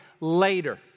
later